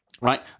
Right